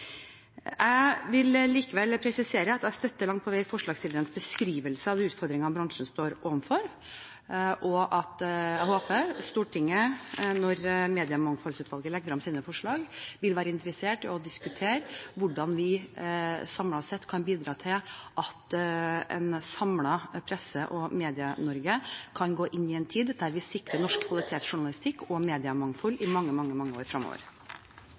Jeg vil likevel presisere at jeg langt på vei støtter forslagsstillernes beskrivelse av utfordringene bransjen står overfor, og jeg håper at Stortinget, når Mediemangfoldsutvalget legger frem sine forslag, vil være interessert i å diskutere hvordan vi samlet sett kan bidra til at et samlet Presse- og Medie-Norge kan gå inn i en tid der vi sikrer norsk kvalitetsjournalistikk og mediemangfold i mange, mange år